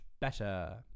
better